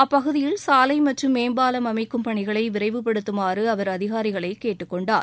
அப்பகுதியில் சாலை மற்றும் மேம்பாலம் அமைக்கும் பணிகளை விரைவுப்படுத்துமாறு அவர் அதிகாரிகளை கேட்டுக் கொண்டார்